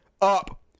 up